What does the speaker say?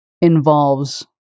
involves